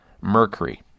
mercury